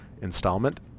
installment